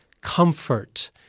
comfort